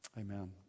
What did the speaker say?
Amen